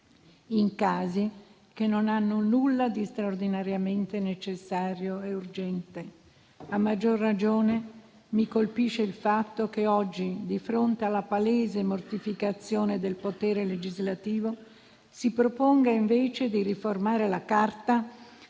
in casi che non hanno nulla di straordinariamente necessario e urgente. A maggior ragione mi colpisce il fatto che oggi, di fronte alla palese mortificazione del potere legislativo, si proponga invece di riformare la Carta